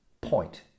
point